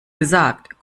gesagt